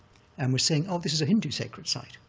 and was saying, oh, this is a hindu sacred site.